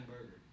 burger